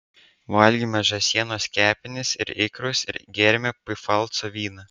valgėme žąsienos kepenis ir ikrus ir gėrėme pfalco vyną